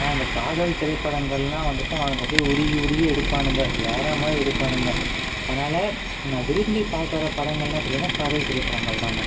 ஆனால் காதல் திரைப்படங்கள்லாம் வந்துட்டு அவனுங்க அப்படியே உருகி உருகி எடுப்பானுங்க வேறு மாதிரி எடுப்பானுங்க அதனால் நான் விரும்பி பாக்கிற படங்கள்லாம் பார்த்தீங்கனா காதல் திரைப்படங்கள் தான்ங்க